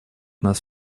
нас